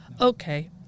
Okay